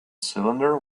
cylinder